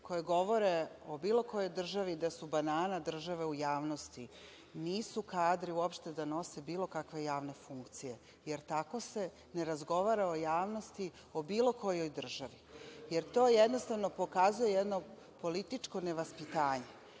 koje govore o bilo kojoj državi da su banana država u javnosti, nisu kadri uopšte da nose bilo kakve javne funkcije, jer tako se ne razgovara u javnosti o bilo kojoj državi, jer to jednostavno pokazuje jedno političko nevaspitanje.S